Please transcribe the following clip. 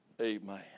amen